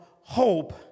hope